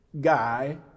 guy